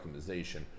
optimization